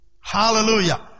Hallelujah